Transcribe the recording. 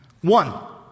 One